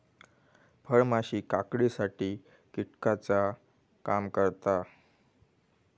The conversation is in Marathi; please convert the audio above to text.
फळमाशी काकडीसाठी कीटकाचा काम करता